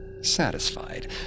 satisfied